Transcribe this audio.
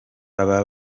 baba